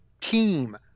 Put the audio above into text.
team